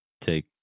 take